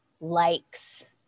likes